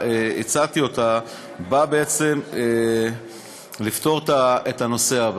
שהצעתי באה לפתור את הנושא הבא,